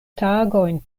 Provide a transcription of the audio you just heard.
tagojn